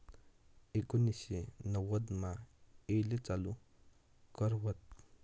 एकोनिससे नव्वदमा येले चालू कर व्हत